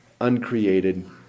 uncreated